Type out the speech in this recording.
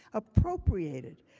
appropriated.